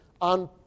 on